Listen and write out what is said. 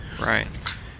Right